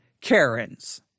Karens